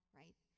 right